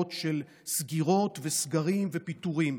ידועות של סגירות וסגרים ופיטורים.